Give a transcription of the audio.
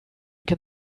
can